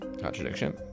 contradiction